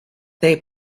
they